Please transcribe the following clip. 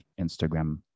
Instagram